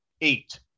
eight